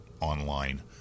online